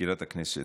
סגנית מזכיר הכנסת,